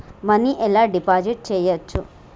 Money ఎలా deposit చేయచ్చు?